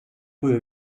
poi